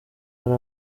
hari